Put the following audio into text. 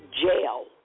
jail